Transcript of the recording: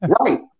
right